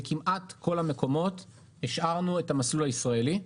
כמעט בכל המקומות השארנו את המסלול הישראלי.